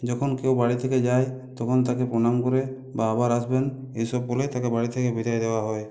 যখন কেউ বাড়ি থেকে যায় তখন তাকে প্রণাম করে বা আবার আসবেন এসব বলে তাকে বাড়ি থেকে বিদায় দেওয়া হয়